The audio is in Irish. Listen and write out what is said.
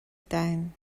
domhan